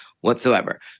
whatsoever